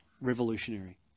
revolutionary